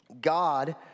God